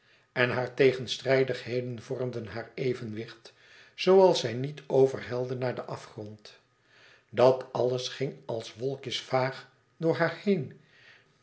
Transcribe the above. en hare tegenstrijdigheden vormden haar evenwicht zoodat zij niet overhelde naar den afgrond dat alles ging als wolkjes vaag door haar heen